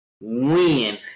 win